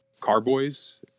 carboys